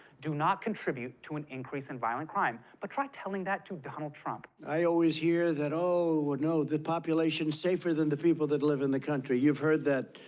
do not contribute to an increase in violent crime. but try telling that to donald trump. i always hear that, oh, no, the population is safer than the people that live in the country. you've heard that,